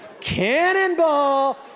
cannonball